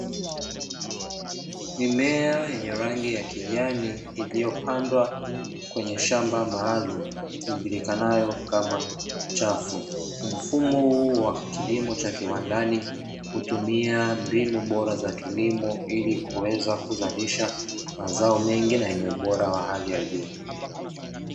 Mimea yenye rangi ya kijani, iliyopandwa kwenye shamba maalumu lijulikanalo kama chafu. Mfumo huu wa kilimo cha kiwandani hutumia mbinu bora za kilimo ili kuweza kuzalisha mazao mengi na yenye ubora wa hali ya juu.